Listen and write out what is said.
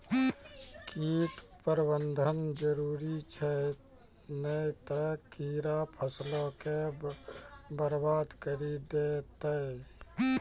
कीट प्रबंधन जरुरी छै नै त कीड़ा फसलो के बरबाद करि देतै